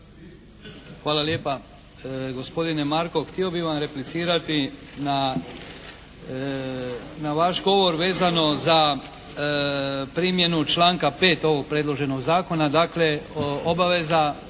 Hvala lijepa. Gospodine Markov, htio bi vam replicirati na vaš govor vezano za primjernu članka 5. ovog predloženog zakona. Dakle, obaveza